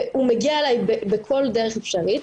הוא מגיע אליי בכל דרך אפשרית,